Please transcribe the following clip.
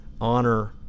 honor